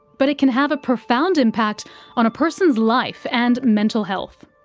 but it can have a profound impact on a person's life and mental health.